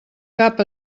cap